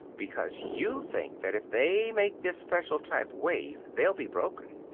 because you think that if they make this special-type wave they'll be broken.